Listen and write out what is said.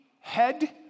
head